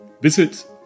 visit